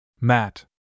Matt